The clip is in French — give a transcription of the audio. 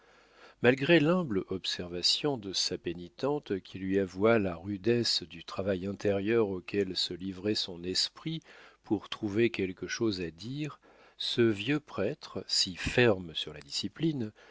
malgré l'humble observation de sa pénitente qui lui avoua la rudesse du travail intérieur auquel se livrait son esprit pour trouver quelque chose à dire ce vieux prêtre si ferme sur la discipline